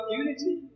unity